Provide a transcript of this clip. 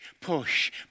push